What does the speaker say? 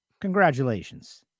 Congratulations